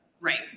right